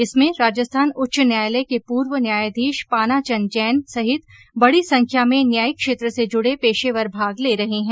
इसमें राजस्थान उच्च न्यायालय के पूर्व न्यायाधीश पाना चंद जैन सहित बड़ी संख्या में न्यायिक क्षेत्र से जुड़े पेशेवर भाग ले रहे हैं